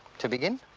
to begin.